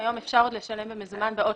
היום אפשר עוד לשלם במזומן באוטובוס.